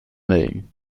mölln